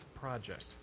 project